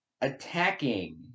attacking